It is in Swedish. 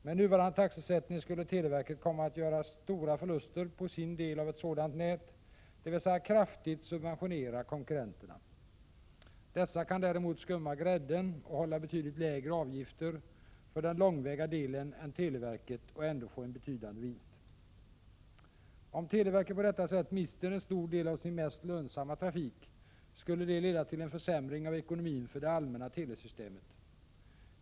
Med nuvarande taxesättning skulle televerket komma att göra stora förluster på sin del av ett sådant nät, dvs. kraftigt subventionera konkurrenterna. Dessa kan däremot ”skumma grädden” och hålla betydligt lägre avgifter för den långväga delen än televerket och ändå få en betydande vinst. Om televerket på detta sätt mister en stor del av sin mest lönsamma trafik skulle det leda till en försämring av ekonomin för det allmänna telesystemet.